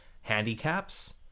handicaps